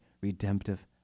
redemptive